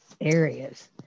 areas